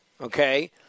okay